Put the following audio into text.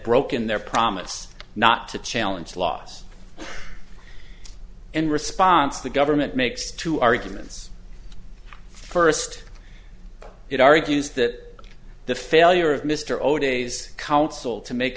broken their promise not to challenge laws in response the government makes two arguments first it argues that the failure of mr o'day as counsel to make